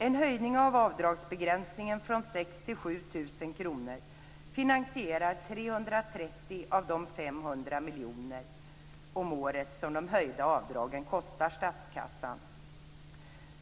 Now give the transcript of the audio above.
En höjning av avdragsbegränsningen från 6 000 till 7 000 kr finansierar 330 av de 500 miljoner om året som de höjda avdragen kostar statskassan.